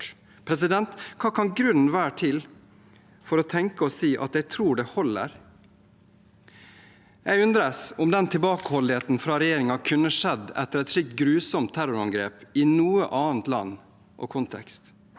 Hva kan grunnen være for å tenke og si at «jeg tror det holder»? Jeg undres på om den tilbakeholdenheten fra regjeringen kunne skjedd etter et slikt grusomt terrorangrep i noe annet land og i noen